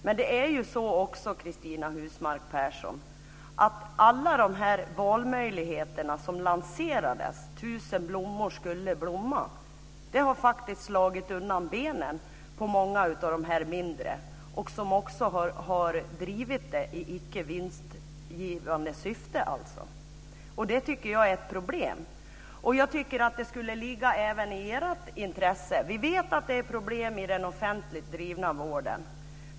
Men det är också så, Cristina Husmark Pehrsson, att alla de valmöjligheter som lanserades - tusen blommor skulle blomma - faktiskt har slagit undan benen på många av de mindre som också har drivit detta i icke vinstgivande syfte. Det tycker jag är ett problem. Jag tycker att detta skulle ligga även i ert intresse. Vi vet att det är problem i den offentligt drivna vården.